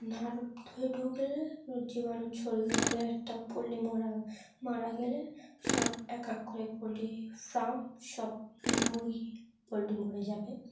না ধুয়ে ঢুকলে ওর জীবাণু ছড়িয়ে গেলে একটা পোলট্রি মরা মারা গেলে সব এক এক করে পোলট্রি ফার্ম সব মুরগি পোলট্রি মরে যাবে